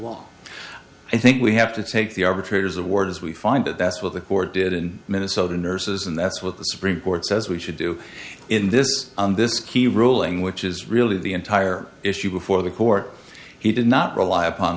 law i think we have to take the arbitrator's award as we find that that's what the court did in minnesota nurses and that's what the supreme court says we should do in this on this key ruling which is really the entire issue before the court he did not rely upon